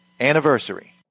anniversary